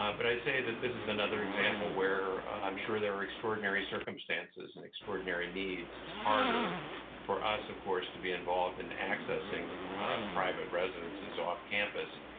um but i'd say that this is another example where i'm sure there were extraordinary circumstances and extraordinary needs. it's harder for us of course, to be involved in accessing private residences off campus.